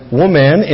woman